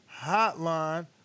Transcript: hotline